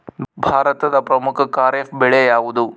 ಭಾರತದ ಪ್ರಮುಖ ಖಾರೇಫ್ ಬೆಳೆ ಯಾವುದು?